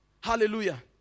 Hallelujah